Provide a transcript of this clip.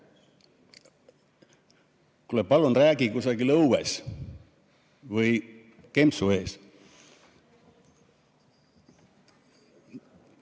Kuule, palun räägi kusagil õues või kempsu ees!